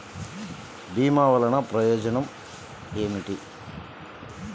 భీమ వల్లన ప్రయోజనం ఏమిటి?